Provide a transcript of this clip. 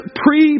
pre